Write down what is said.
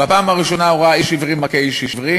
בפעם השנייה הוא ראה איש עברי מכה איש עברי